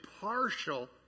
partial